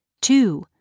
two